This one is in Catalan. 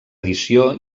edició